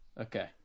Okay